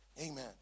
Amen